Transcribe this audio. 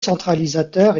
centralisateur